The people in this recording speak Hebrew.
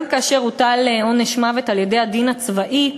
גם כאשר הוטל עונש מוות על-ידי הדין הצבאי,